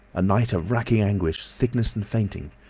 a night of racking anguish, sickness and fainting.